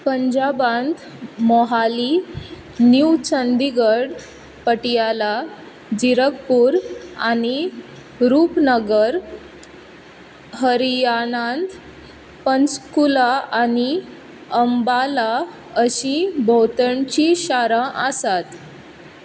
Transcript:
पंजाबांत मोहाली नीव चंदीगड पटियाला जिरकपूर आनी रूपनगर हरियाणांत पंचकुला आनी अंबाला अशी भोंवतणची शारां आसात